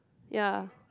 ya